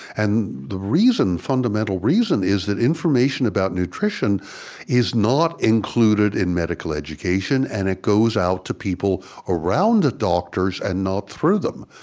and the fundamental reason is that information about nutrition is not included in medical education, and it goes out to people around the doctors and not through them.